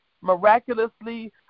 miraculously